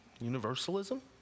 Universalism